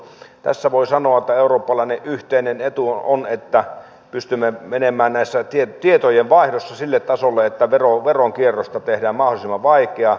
tässä voi sanoa että eurooppalainen yhteinen etu on että pystymme menemään tietojen vaihdossa sille tasolle että veronkierrosta tehdään mahdollisimman vaikeaa